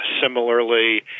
similarly